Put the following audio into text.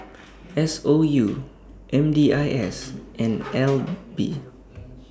S O U M D I S and N L B